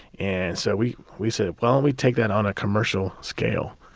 and so we we said, why don't we take that on a commercial scale?